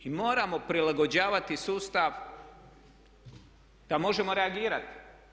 I moramo prilagođavati sustav da možemo reagirati.